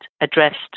addressed